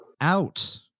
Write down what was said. Out